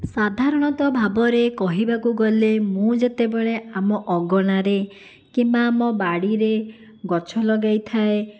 ସାଧାରଣତଃ ଭାବରେ କହିବାକୁ ଗଲେ ମୁଁ ଯେତେବେଳେ ଆମ ଅଗଣାରେ କିମ୍ବା ଆମ ବାଡ଼ିରେ ଗଛ ଲଗାଇଥାଏ